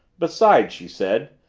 besides, she said,